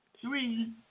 three